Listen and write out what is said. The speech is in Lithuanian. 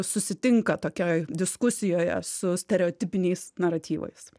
susitinka tokioj diskusijoje su stereotipiniais naratyvais